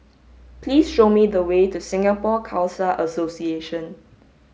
please show me the way to Singapore Khalsa Association